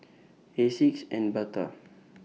Asics and Bata